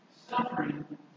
Suffering